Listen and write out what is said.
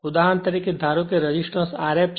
ઉદાહરણ તરીકે ધારો કે આ રેસિસ્ટન્સ Rf છે